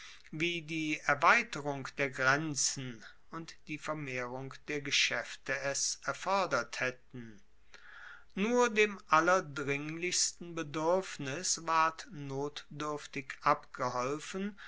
wie die erweiterung der grenzen und die vermehrung der geschaefte es erfordert haetten nur dem allerdringlichsten beduerfnis ward notduerftig abgeholfen